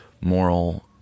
moral